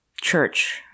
church